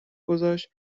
گذاشت